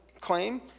claim